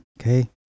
Okay